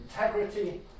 integrity